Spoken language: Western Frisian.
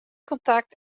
kontakt